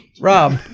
Rob